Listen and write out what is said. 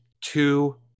two